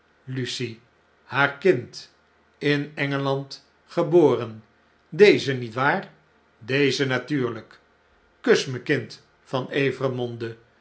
lucie haar kind in engeland geboren deze niet waar deze natuurlijk kus me kind van